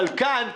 אבל כאן,